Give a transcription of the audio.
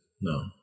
No